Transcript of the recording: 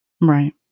Right